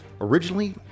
Originally